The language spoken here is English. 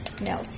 no